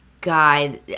guy